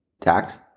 tax